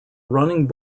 running